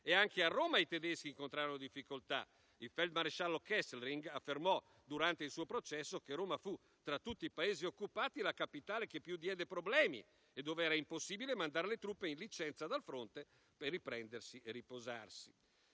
e anche a Roma i tedeschi incontrarono difficoltà. Il maresciallo Kesselring, durante il suo processo, affermò che Roma fu, tra tutti i Paesi occupati, la capitale che più diede problemi e dove era impossibile mandare le truppe in licenza dal fronte per riprendersi e riposarsi.